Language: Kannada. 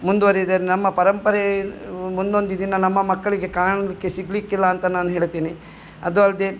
ಮುಂದಿವರಿದರೆ ನಮ್ಮ ಪರಂಪರೆ ಮುಂದೊಂದು ದಿನ ನಮ್ಮ ಮಕ್ಕಳಿಗೆ ಕಾಣಲಿಕ್ಕೆ ಸಿಗಲಿಕ್ಕಿಲ್ಲ ಅಂತ ನಾನು ಹೇಳ್ತೇನೆ ಅದು ಅಲ್ಲದೆ